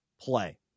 play